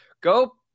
Go –